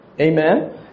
Amen